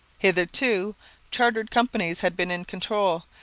hitherto chartered companies had been in control,